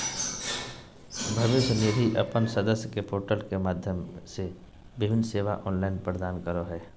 भविष्य निधि अपन सदस्य के पोर्टल के माध्यम से विभिन्न सेवा ऑनलाइन प्रदान करो हइ